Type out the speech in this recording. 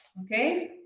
okay?